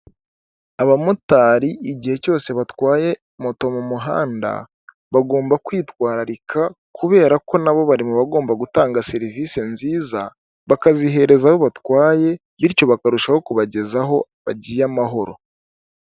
Abamotari igihe cyose batwaye moto mu muhanda bagomba kwitwararika kubera ko nabo bari mu bagomba gutanga serivisi nziza, bakaziherezayo batwaye bityo bakarushaho kubagezaho bagiye amahoro.